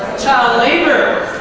child labor.